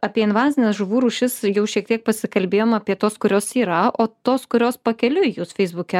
apie invazines žuvų rūšis jau šiek tiek pasikalbėjom apie tos kurios yra o tos kurios pakeliui jūs feisbuke